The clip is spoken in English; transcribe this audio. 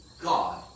God